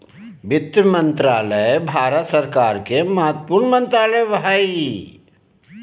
वित्त मंत्रालय भारत सरकार के महत्वपूर्ण मंत्रालय हइ